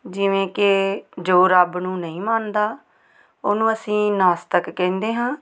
ਜਿਵੇਂ ਕਿ ਜੋ ਰੱਬ ਨੂੰ ਨਹੀਂ ਮੰਨਦਾ ਉਹਨੂੰ ਅਸੀਂ ਨਾਸਤਿਕ ਕਹਿੰਦੇ ਹਾਂ